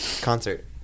concert